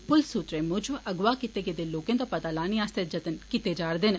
पुलस सूत्रें मूजब अगुवाह कीते गेदे लोकें दा पता लाने आस्ते जतन कीते जारदे न